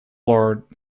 lord